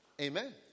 Amen